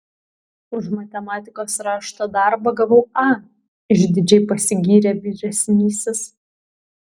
už matematikos rašto darbą gavau a išdidžiai pasigyrė vyresnysis